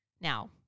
Now